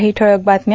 काही ठळक बातम्या